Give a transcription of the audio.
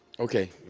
Okay